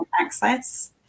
access